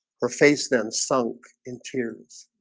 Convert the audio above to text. her face then sunk in tears